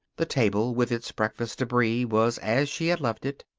the table, with its breakfast debris, was as she had left it.